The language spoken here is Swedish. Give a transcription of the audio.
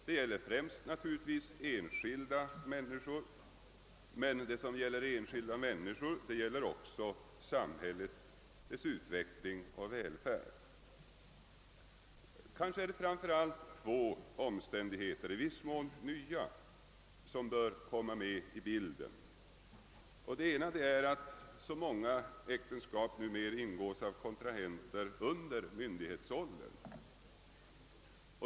Detta är naturligvis främst fallet beträffande enskilda människor, men det gäller också samhället, dess utveckling och välfärd. Det är kanske framför allt två, i viss mån nya omständigheter som bör komma med i bilden. Den ena är att så många äktenskap ingås av kontrahenter under myndighetsåldern.